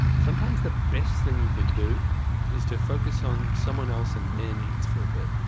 sometimes the best thing you can do is to focus on someone else and their needs for a bit,